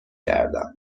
کردم